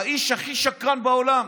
האיש הכי שקרן בעולם.